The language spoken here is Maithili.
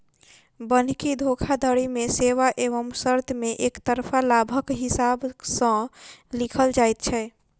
बन्हकी धोखाधड़ी मे सेवा एवं शर्त मे एकतरफा लाभक हिसाब सॅ लिखल जाइत छै